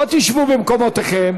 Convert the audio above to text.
או שתשבו במקומותיכם